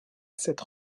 sept